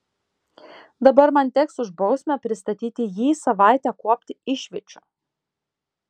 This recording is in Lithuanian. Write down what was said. dabar man teks už bausmę pristatyti jį savaitę kuopti išviečių